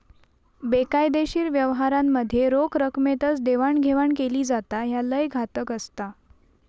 बेकायदेशीर व्यवहारांमध्ये रोख रकमेतच देवाणघेवाण केली जाता, ह्या लय घातक असता